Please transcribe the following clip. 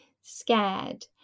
scared